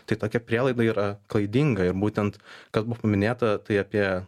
tai tokia prielaida yra klaidinga ir būtent kad buv minėta tai apie